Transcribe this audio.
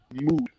mood